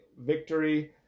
victory